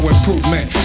improvement